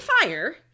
fire